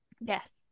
Yes